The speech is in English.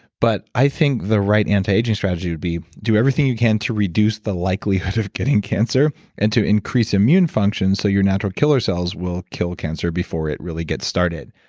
but i think the right anti-aging strategy would be do everything you can to reduce the likelihood of getting cancer, and to increase immune function so your natural killer cells will kill cancer before it really gets bulletproof